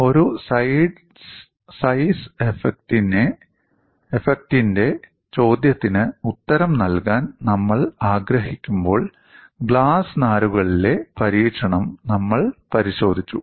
ഒരു സൈസ് ഇഫക്റ്റിന്റെ ചോദ്യത്തിന് ഉത്തരം നൽകാൻ നമ്മൾ ആഗ്രഹിക്കുമ്പോൾ ഗ്ലാസ് നാരുകളിലെ പരീക്ഷണം നമ്മൾ പരിശോധിച്ചു